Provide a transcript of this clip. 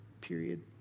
period